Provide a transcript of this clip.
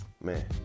man